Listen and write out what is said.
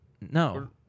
no